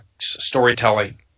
storytelling